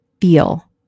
feel